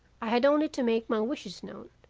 i had only to make my wishes known,